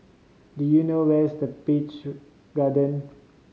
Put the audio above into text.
do you know where is the Peach Garden